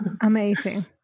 Amazing